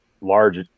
large